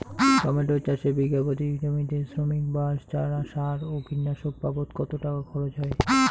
Tomato চাষে বিঘা প্রতি জমিতে শ্রমিক, বাঁশ, চারা, সার ও কীটনাশক বাবদ কত টাকা খরচ হয়?